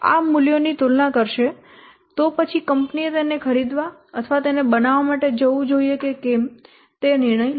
આ મૂલ્યોની તુલના કરશે તો પછી કંપનીએ તેને ખરીદવા અથવા તેને બનાવવા માટે જવું જોઈએ કે કેમ તે નિર્ણય લો